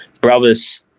brothers